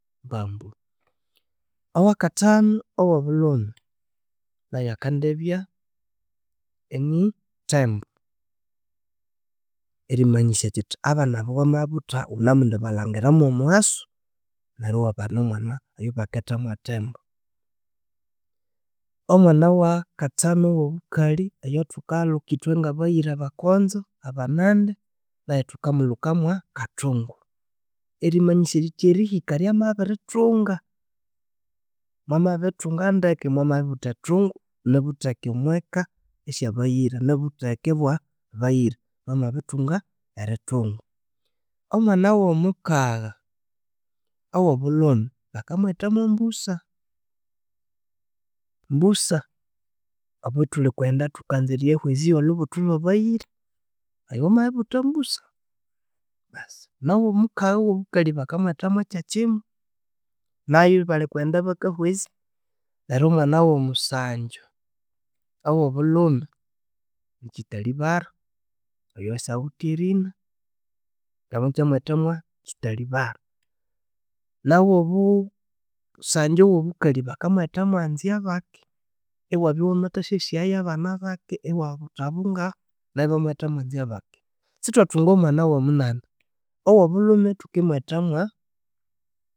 Mbambu, owakathanu owobulhume, nayo akendibya yini Thembo, erimanyisya kyithi abana bwamabutha wunemwibalangira momuwasu neryo yiwabana omwana oyo baketha mwa Thembo, omwana wakathanu owubukalieyathukalhuka yithwe ngabayira abakonzo abanandi yayo thukamulhukawa kathungu erimyanisya erihika ryamabirithunga mwamabirithunga ndeke mwamabiributha ethungu nibutheke omweka esyabayira, nikutheke obwa bayira bamabirithungau omwana omukagha owobulhume bakamwetha mwa Mbusa, Mbusa obothulikuwenda thukanza eriyawizya yolhubuthu lhwabayira oyowamabiributha Mbusa basi, nowumukagha owo bukalhi bakmwetha mwa kyakimwa nayo balhikuwenda bakawizya neryo omwana wumusagyu owobulhume kithalibara oyo syawithe erina ngamathemwathamwa kithalibara nawubu sangyu wobukalhi bakamwetha mwa Nzyabake iwabyawamathasyasiyayo bana bake yiwabuthabungahu neryo yimamwetha mwa Nzybake sithwathunga omwana owomunani owobulhumi thukimwetha